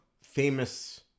famous